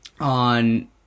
on